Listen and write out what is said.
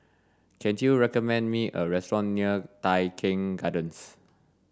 can you recommend me a restaurant near Tai Keng Gardens